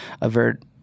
avert